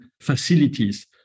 facilities